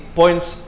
points